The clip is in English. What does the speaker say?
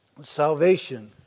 Salvation